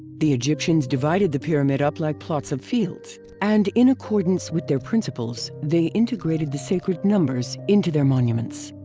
the egyptians divided the pyramid up like plots of fields. and in accordance with their principles, they integrated the sacred numbers into their monuments.